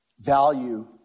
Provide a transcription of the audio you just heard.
value